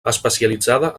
especialitzada